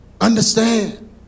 Understand